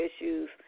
issues